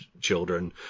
children